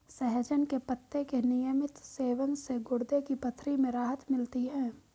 सहजन के पत्ते के नियमित सेवन से गुर्दे की पथरी में राहत मिलती है